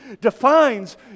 defines